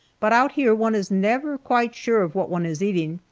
but out here one is never quite sure of what one is eating,